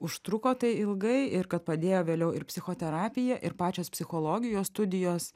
užtruko tai ilgai ir kad padėjo vėliau ir psichoterapija ir pačios psichologijos studijos